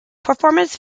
performance